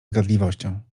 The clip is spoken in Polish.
zgadliwością